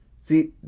See